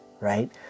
right